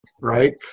Right